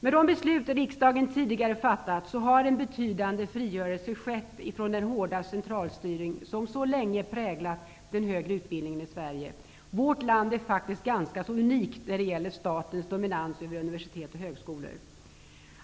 Med de beslut riksdagen tidigare fattat har en betydande frigörelse skett från den hårda centralstyrning som så länge präglat den högre utbildningen i Sverige. Vårt land är faktiskt ganska unikt när det gäller statens dominans över universitet och högskolor.